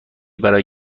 برای